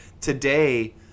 Today